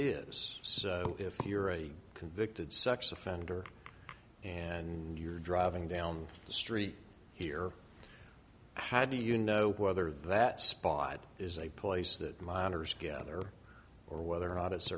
is so if you're a convicted sex offender and you're driving down the street here how do you know whether that spot is a place that monitors gather or whether or not it's